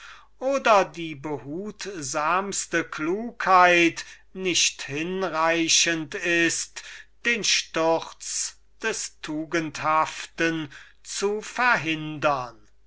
oder die behutsamste klugheit nicht hinreichend ist den fall des tugendhaften zu verhindern